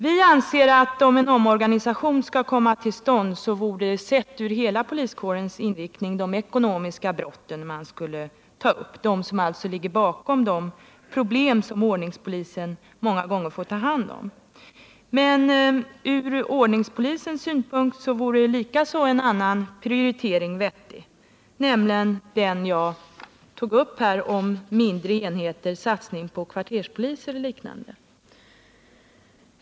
Vi anser att om en omorganisation skall komma till stånd, är det med tanke på hela poliskårens inriktning de ekonomiska brotten man på allvar måste bekämpa. Dessa brott ligger bakom de problem som ordningspolisen många gånger får ta hand om. Men från ordningspolisens synpunkt vore likaså en annan prioritering vettig, nämligen den jag tog upp tidigare om mindre enheter, satsning på kvarterspoliser och liknande.